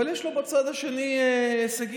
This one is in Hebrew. אבל יש לו בצד השני הישגים,